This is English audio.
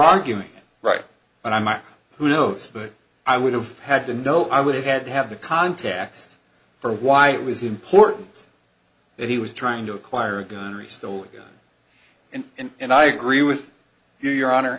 argument right but i might who knows but i would have had to know i would have had to have the context for why it was important that he was trying to acquire a gun re still going in and i agree with you your honor